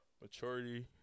maturity